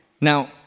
Now